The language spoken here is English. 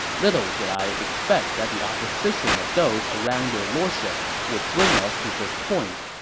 little did i expect that the opposition of those around your lordship would bring us to this point.